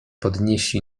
podnieśli